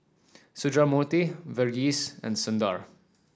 Sundramoorthy Verghese and Sundar